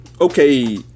okay